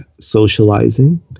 socializing